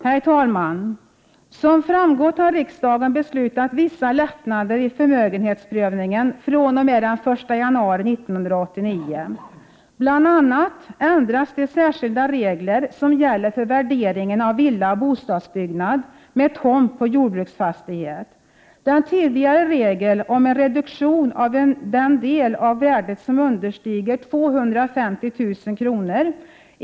Som tidigare framgått har riksdagen beslutat om vissa lättnader i förmögenhetsbedömningen fr.o.m. den 1 januari 1989. Bl.a. ändras de särskilda regler som gäller för värderingen av villa och bostadsbyggnad med tomt på jordbruksfastighet. Den tidigare regeln som gällde en reduktion av den del av värdet som understiger 250 000 kr.